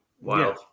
Wow